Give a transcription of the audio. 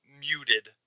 muted